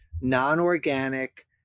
non-organic